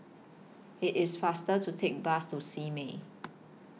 IT IS faster to Take The Bus to Simei